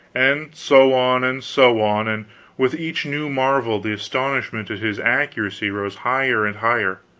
and so on and so on and with each new marvel the astonishment at his accuracy rose higher and higher.